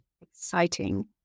exciting